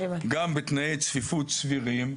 גם בתנאי צפיפות סבירים,